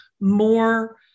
more